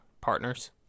partners